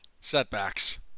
setbacks